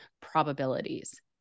probabilities